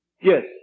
Yes